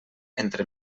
entre